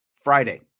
Friday